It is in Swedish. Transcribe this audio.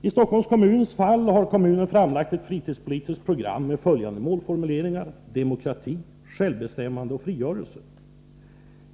I Stockholms kommuns fall har kommunen framlagt ett fritidspolitiskt program med följande målformuleringar: demokrati, självbestämmande och frigörelse.